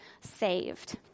saved